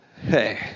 Hey